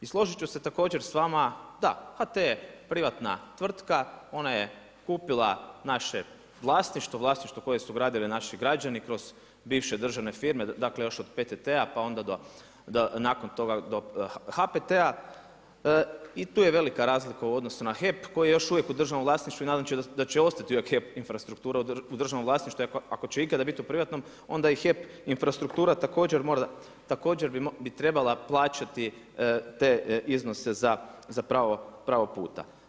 I složit ću se također s vama, da HT je privatna tvrtka, ona je kupila naše vlasništvo, vlasništvo koje su gradili naši građani kroz bivše državne firme, dakle još od PTT-a, pa onda nakon toga do HPT-a. i tu je velika razlika u odnosu na HEP koji je još uvijek u državnom vlasništvu i nadam se da će ostati GEP infrastruktura u državnom vlasništvu jer ako će ikada biti u privatnom onda i HEP infrastruktura također bi trebala plaćati te iznose za pravo puta.